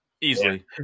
easily